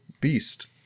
beast